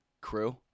crew